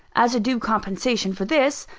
as a due compensation for this,